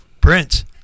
Prince